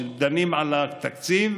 כשדנים על התקציב,